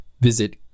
Visit